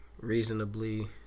reasonably